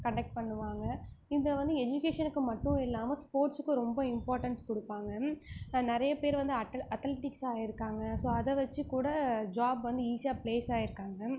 conduct பண்ணுவாங்க இதில் வந்து எஜுகேஷனுக்கு மட்டும் இல்லாமல் ஸ்போர்ட்ஸுக்கு ரொம்ப இம்பார்ட்டன்ஸ் கொடுப்பாங்க நிறைய பேர் வந்து அட்டல் அத்தலடிக்ஸாக ஆகிருக்காங்க ஸோ அதை வச்சு கூட ஜாப் வந்து ஈஸியாக ப்ளேஸ் ஆகிருக்காங்க